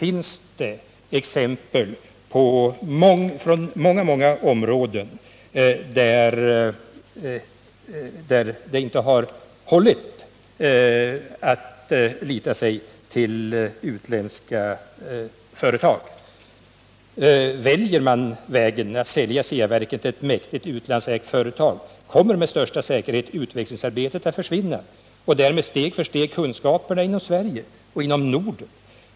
Genom exempel från många andra områden vet vi dessutom att det inte har gått att sätta sin lit till utländska företag. Väljer man vägen att sälja Ceaverken till ett mäktigt utlandsägt företag, kommer utvecklingsarbetet med största säkerhet att försvinna och därmed steg för steg kunskaperna inom Sverige och inom Norden.